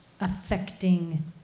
affecting